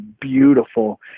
beautiful